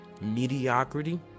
mediocrity